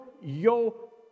yo